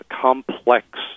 complex